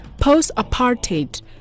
Post-apartheid